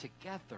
together